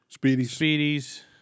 speedies